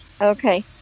Okay